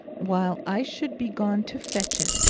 while i should be gone to fetch it,